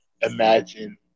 imagine